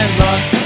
luck